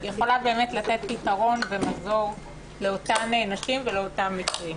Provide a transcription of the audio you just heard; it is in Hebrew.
יכולות באמת לתת פתרון ומזור לאותן נשים ולאותם נפגעים.